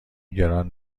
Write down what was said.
گران